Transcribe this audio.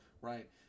right